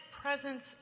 presence